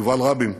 יובל רבין,